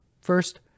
First